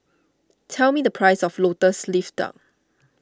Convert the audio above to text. tell me the price of Lotus Leaf Duck